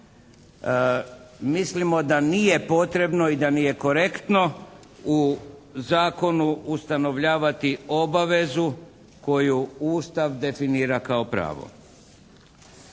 Mislimo da nije potrebno i da nije korektno u zakonu ustanovljavati obavezu koju Ustav definira kao pravo.